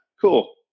Cool